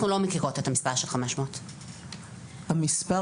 אנחנו לא מכירות את המספר של 500. המספר